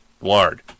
Lard